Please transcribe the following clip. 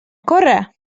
corre